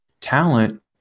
talent